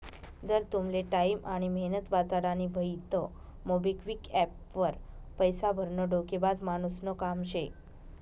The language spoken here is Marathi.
जर तुमले टाईम आनी मेहनत वाचाडानी व्हयी तं मोबिक्विक एप्प वर पैसा भरनं डोकेबाज मानुसनं काम शे